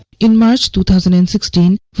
in march two thousand and sixteen